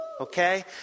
Okay